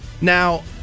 Now